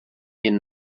jen